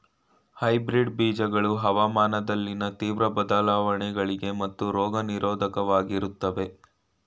hybrid ಬೀಜಗಳು ಹವಾಮಾನದಲ್ಲಿನ ತೀವ್ರ ಬದಲಾವಣೆಗಳಿಗೆ ಮತ್ತು ರೋಗ ನಿರೋಧಕವಾಗಿರುತ್ತವೆ